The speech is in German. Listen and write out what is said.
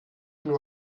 nur